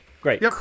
Great